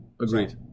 Agreed